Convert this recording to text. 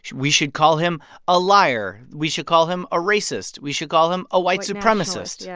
we should call him a liar. we should call him a racist. we should call him a white supremacist, yeah